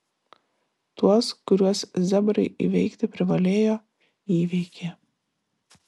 tuos kuriuos zebrai įveikti privalėjo įveikė